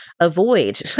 avoid